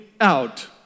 out